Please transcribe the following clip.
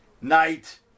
night